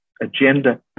Agenda